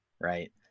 right